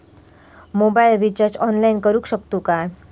Mobile recharge online करुक शकतू काय?